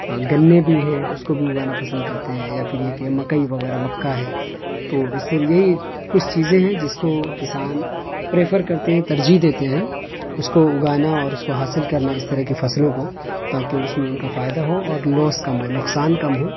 گنے بھی ہیں اس کو بھی اگانا پسند کرتے ہیں یا پھر یہ کہ مکئی وغیرہ مکا ہے تو اس طرح یہی کچھ چیزیں ہیں جس کو کسان پریفر کرتے ہیں ترجیح دیتے ہیں اس کو اگانا اور اس کو حاصل کرنا اس طرح کی فصلوں کو تاکہ اس میں ان کا فائدہ ہو اور لاس کم ہو نقصان کم ہوں